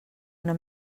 una